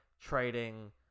trading